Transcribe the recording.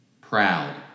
proud